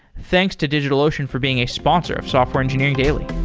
thanks to digitalocean for being a sponsor of software engineering daily.